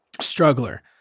struggler